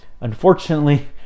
unfortunately